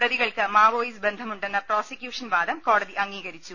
പ്രതികൾക്ക് മാവോയിസ്റ്റ് ബന്ധ മുണ്ടെന്ന പ്രോസിക്യൂഷൻ വാദം കോടതി അംഗീകരിച്ചു